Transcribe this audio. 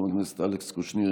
חבר הכנסת אלכס קושניר,